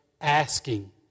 asking